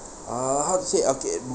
uh how to say okay